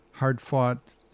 hard-fought